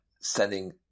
sending